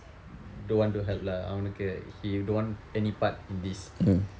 don't want to help lah அவனுக்கு:avanukku he don't want any part in this